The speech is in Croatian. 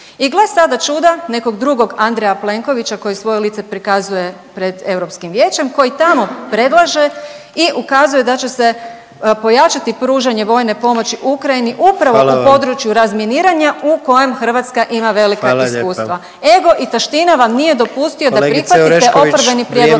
I gle sada čuda nekog drugog Andreja Plenkovića koji svoje lice prikazuje pred Europskim vijećem koji tamo predlaže i ukazuje da će se pojačati pružanje vojne pomoći Ukrajini upravo u području razminiranja … …/Upadica predsjednik: Hvala vam./… … u kojem Hrvatska ima velika iskustva. Ego i taština vam nije dopustio da prihvatite oporbeni prijedlog